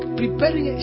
preparing